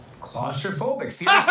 Claustrophobic